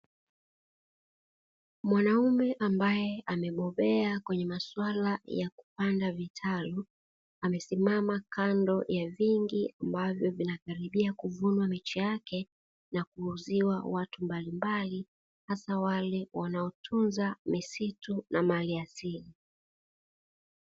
Mwanaume ambaye amebobea kwenye masuala ya kupanda vitalu, amesimama kando ya vingi ambavyo vinakaribia kuvunwa miche yake na kuuziwa watu mbalimbali, hasa wale wanaotunza misitu na maliasili.